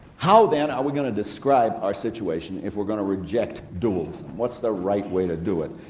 how then are we going to describe our situation if we're going to reject dualism what's the right way to do it?